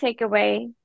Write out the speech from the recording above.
takeaway